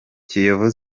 kiyovu